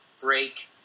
break